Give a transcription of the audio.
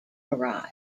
arrive